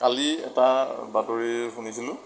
কালি এটা বাতৰি শুনিছিলোঁ